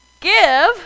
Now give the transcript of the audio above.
give